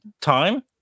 time